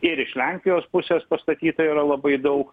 ir iš lenkijos pusės pastatyta yra labai daug